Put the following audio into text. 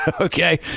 okay